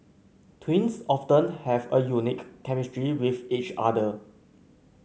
twins often have a unique chemistry with each other